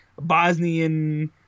Bosnian